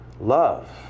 love